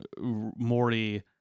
morty